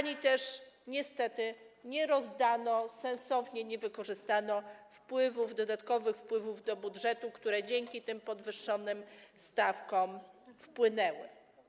Niestety nie rozdano sensownie, nie wykorzystano wpływów, dodatkowych wpływów do budżetu, które dzięki tym podwyższonym stawkom się pojawiły.